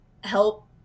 help